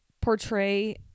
portray